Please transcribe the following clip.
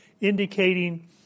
indicating